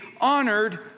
honored